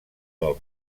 del